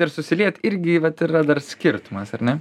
ir susiliet irgi vat yra dar skirtumas ar ne